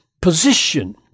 position